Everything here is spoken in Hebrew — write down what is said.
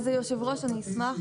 להערכתי,